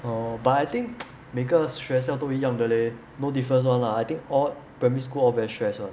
orh but 每个学校都一样的 leh no difference [one] lah I think all primary school all very stress [one]